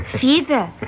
Fever